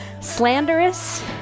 slanderous